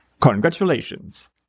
congratulations